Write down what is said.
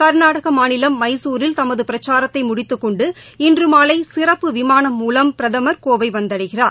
கா்நாடகமாநிலம் மைசூரில் தமதுபிரச்சாரத்தைமுடித்துக் கொண்டு இன்றுமாலைசிறப்பு விமானம் மூலம் பிரதமர் கோவைவந்தடைகிறார்